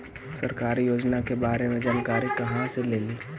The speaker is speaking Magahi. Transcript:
सरकारी योजना के बारे मे जानकारी कहा से ली?